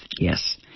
Yes